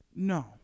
No